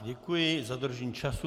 Děkuji za dodržení času.